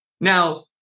Now